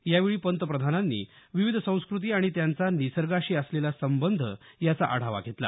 यावेळी पंतप्रधानांनी विविध संस्कृती आणि त्यांचा निसर्गाशी असलेला संबंध याचा आढावा घेतला